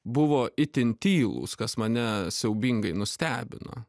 buvo itin tylūs kas mane siaubingai nustebino